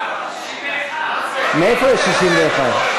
61. מאיפה יש 61?